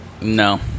No